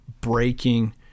breaking